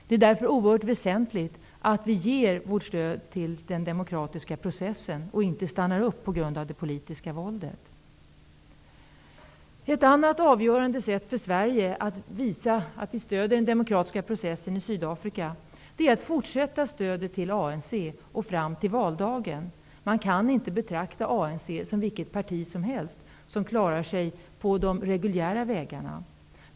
Därför är det oerhört väsentligt att vi ger vårt stöd till den demokratiska processen och inte stannar upp på grund av det politiska våldet. Ett annat avgörande sätt för oss i Sverige att visa att vi stöder den demokratiska processen i Sydafrika är att fortsätta stödet till ANC fram till valdagen. Man kan inte betrakta ANC som vilket parti som helst som klarar sig på de reguljära vägarna.